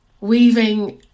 weaving